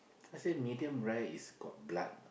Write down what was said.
I said medium rare is got blood